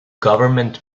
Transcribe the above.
government